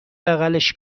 بغلش